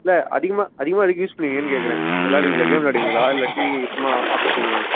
இல்லை அதிகமாக அதிகமாக எதுக்கு யூஸ் பண்ணுவீங்கன்னு கேட்குறேன் விளாடுவீங்களா கேம் விளாடுவீங்களா இல்லாட்டி சும்மா ஆஃபீஸ் யூஸாக